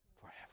forever